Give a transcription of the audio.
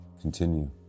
continue